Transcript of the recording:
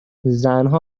زنها